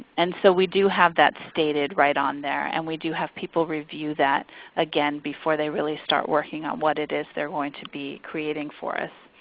and so we do have that stated right on there, and we do have people review that again before they really start working on what it is they're going to be creating for us.